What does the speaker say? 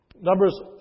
Numbers